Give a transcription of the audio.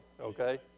okay